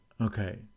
Okay